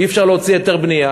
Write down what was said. אי-אפשר להוציא היתר בנייה,